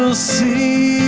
so c